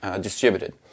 distributed